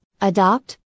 Adopt